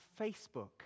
Facebook